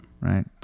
Right